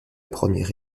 première